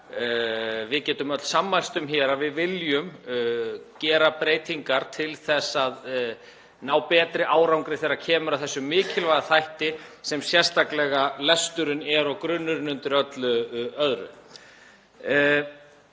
við getum öll sammælst um að við viljum gera breytingar til þess að ná betri árangri þegar kemur að þessum mikilvæga þætti sem sérstaklega lesturinn er og er grunnurinn undir öllu.